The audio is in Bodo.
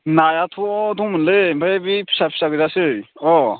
नायाथ' दंमोनलै ओमफाय बे फिसा फिसा गोजासो अ